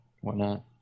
whatnot